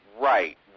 Right